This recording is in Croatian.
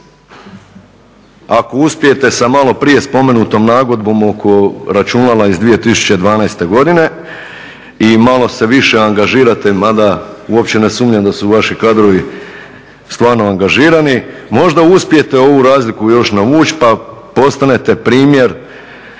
ako uspijete sa malo prije spomenutom nagodbom oko računala iz 2012. godine i malo se više angažirate, mada uopće ne sumnjam da su vaši kadrovi stvarno angažirani možda uspijete ovu razliku još navući, pa postanete primjer